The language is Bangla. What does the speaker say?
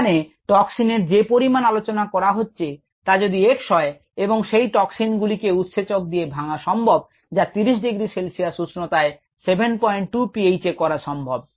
এখানে টক্সিনের যে পরিমাণ আলোচনা করা হয়েছে তা যদি X হয় এবং সেই টক্সিন গুলিকে উৎসেচক দিয়ে ভাঙ্গা সম্ভব যা 30 ডিগ্রি সেলসিয়াস উষ্ণতায় 72 pH এ করা সম্ভব